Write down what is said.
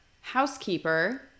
housekeeper